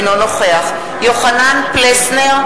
אינו נוכח יוחנן פלסנר,